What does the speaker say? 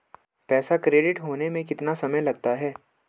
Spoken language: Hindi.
पैसा क्रेडिट होने में कितना समय लगता है?